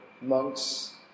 monks